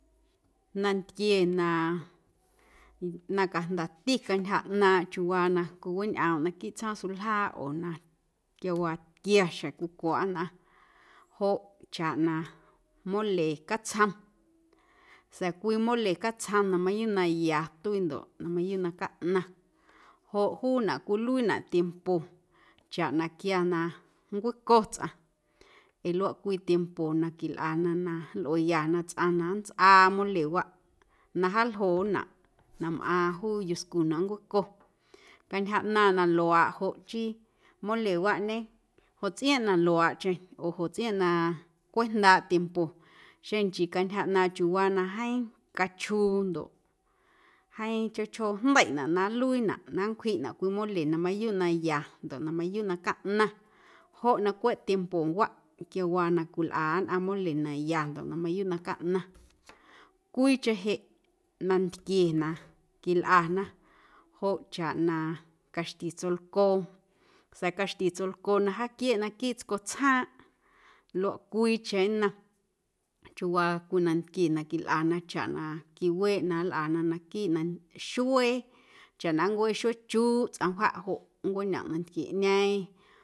Nantquie na cajndati cantyja ꞌnaaⁿꞌ chiuuwaa na cwiweñꞌoomꞌ naquiiꞌ tsjoom suljaaꞌ oo na quiawaa tquiaxjeⁿ cwicwaꞌ nnꞌaⁿ joꞌ chaꞌ na mole catsjom sa̱a̱ cwii mole catsjom na mayuuꞌ na ya tuii ndoꞌ na mayuuꞌ na caꞌnaⁿ joꞌ juunaꞌ cwiluiinaꞌ tiempo chaꞌ na quia na nncwico tsꞌaⁿ ee luaꞌ cwii tiempo na quilꞌana na nlꞌueeyana tsꞌaⁿ na nntsꞌaa molewaꞌ na jaaljonaꞌ na mꞌaaⁿ juu yuscu na nncuco cantyja ꞌnaaⁿꞌ na luaaꞌ joꞌ chii molewaꞌñe joꞌ tsꞌiaaⁿꞌ na luaaꞌcheⁿ oo joꞌ tsꞌiaaⁿꞌ na cweꞌ jndaaꞌ tiempo xeⁿ nchii cantyja ꞌnaaⁿꞌ chiuuwaa na jeeⁿ cachjuu ndoꞌ jeeⁿ chjoo chjoo jndeiꞌnaꞌ na nluiinaꞌ na nncwjiꞌnaꞌ cwii mole na mayuuꞌ na ya ndoꞌ na mayuuꞌ na caꞌnaⁿ joꞌ na cweꞌ tiempowaꞌ quiawaa na cwilꞌa nnꞌaⁿ mole na ya ndoꞌ na mayuuꞌ na caꞌnaⁿ. Cwiicheⁿ jeꞌ nantquie na quilꞌana joꞌ chaꞌ na caxti tsolcoo, sa̱a̱ caxti tsolcoo na jaaquieeꞌ naquiiꞌ tscotsjaaⁿꞌ luaꞌ cwiicheⁿ nnom chiuwaa cwiicheⁿ nantquie na cwilꞌana chaꞌ na quiweeꞌ na nlꞌana naquiiꞌ na xuee chaꞌ na nncueeꞌ xueechuuꞌ tsꞌaⁿ wjaꞌ joꞌ nncweꞌñomꞌ nantquieꞌñeeⁿ.